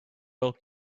old